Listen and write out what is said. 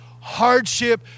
hardship